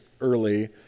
early